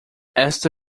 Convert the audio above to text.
esta